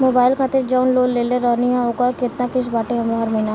Mobile खातिर जाऊन loan लेले रहनी ह ओकर केतना किश्त बाटे हर महिना?